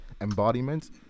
embodiment